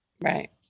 Right